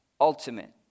ultimate